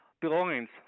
belongings